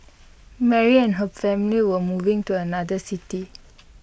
Mary and her family were moving to another city